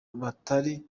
batari